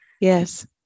yes